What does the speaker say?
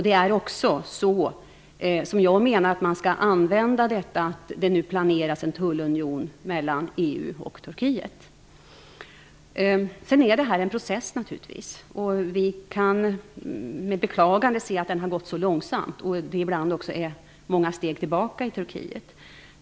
Det är också så som jag menar att man skall använda att det nu planeras en tullunion mellan EU och Turkiet. Detta är naturligtvis en process. Vi kan med beklagande se att den har gått långsamt. Det har ibland också tagits många steg tillbaka i Turkiet.